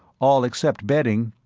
all except bedding.